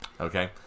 okay